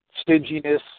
Stinginess